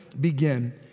Begin